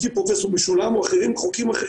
לפי פרופ' משולם וחוקרים אחרים,